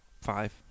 five